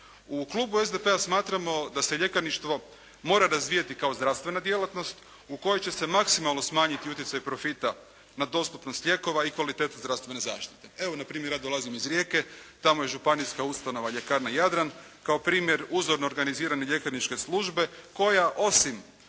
U klubu SDP-a smatramo da se ljekarništvo mora razvijati kao zdravstvena djelatnost u kojoj će se maksimalno smanjiti utjecaj profita na dostupnost lijekova i kvalitetu zdravstvene zaštite. Evo na primjer, ja dolazim iz Rijeke. Tamo je županijska ustanova ljekarna “Jadran“ kao primjer uzorno organizirane ljekarničke službe koja osim